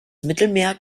mittelmeer